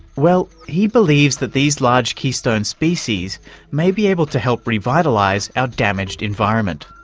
well, he believes that these large keystone species may be able to help revitalise our damaged environment.